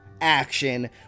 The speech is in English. action